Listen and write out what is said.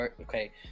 okay